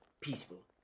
peaceful